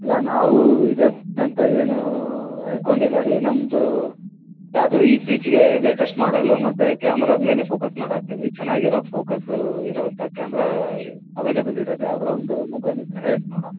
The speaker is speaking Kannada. ಇಲ್ಲ ನಾವು ಇದೇ ಫೋನ್ ಅಂತ ಏನು ಹಾಕ್ಕೊಂಡಿಲ್ಲ ರೀ ನಮ್ಮದು ಯಾವುದು ಇತ್ತೀಚೆಗೆ ಲೇಟೆಸ್ಟ್ ಮಾಡಲ್ಲ ಮತ್ತೆ ಕ್ಯಾಮರದ ಮೇಲೆ ಫೋಕಸ್ ಮಾಡ ಹತ್ತೀವಿ ಚೆನ್ನಾಗಿರೋ ಫೋಕಸ್ ಇರುವಂಥ ಕ್ಯಾಮ್ರ ಅವೆಲೆಬಲ್ ಇರೋದು ಯಾವ್ದಾರ ಒಂದು ಮೊಬೈಲ್ ಇದ್ದರೆ ಹೇಳಿರಿ ನೋಡೋಣ